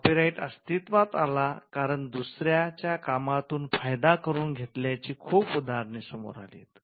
कॉपीराइटअस्तित्वात आला कारण दुसऱ्याच्या कामातून फायदा करून घेतल्याची खूप उदाहरणे समोर आलीत